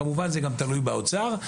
כמובן זה תלוי גם במשרד האוצר,